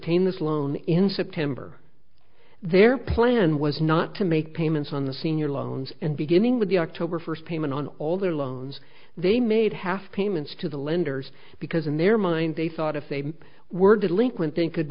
this loan in september their plan was not to make payments on the senior loans and beginning with the october first payment on all their loans they made half payments to the lenders because in their mind they thought if they were delinquent thing could